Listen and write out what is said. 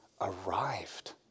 arrived